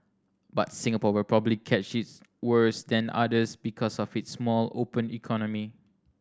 but Singapore will probably catch its worse than others because of its small open economy